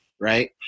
right